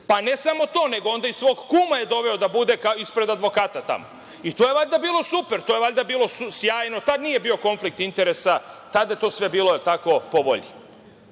Pa ne samo to, nego je onda i svog kuma doveo da bude ispred advokata tamo. I to je valjda bilo super, sjajno, tada nije bio konflikt interesa, tada je to sve bilo po